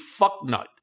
fucknut